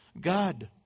God